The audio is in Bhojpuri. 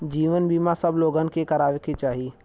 जीवन बीमा सब लोगन के करावे के चाही